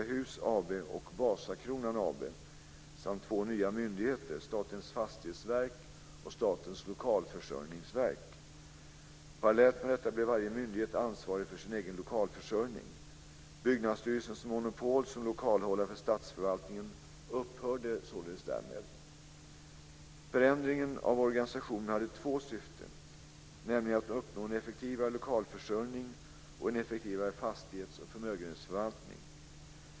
Hus AB och Vasakronan AB, samt två nya myndigheter, Statens fastighetsverk och Statens lokalförsörjningsverk. Parallellt med detta blev varje myndighet ansvarig för sin egen lokalförsörjning. Byggnadsstyrelsens monopol som lokalhållare för statsförvaltningen upphörde således därmed. Förändringen av organisationen hade två syften, nämligen att uppnå en effektivare lokalförsörjning och en effektivare fastighets och förmögenhetsförvaltning.